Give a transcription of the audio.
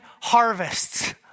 harvests